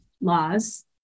laws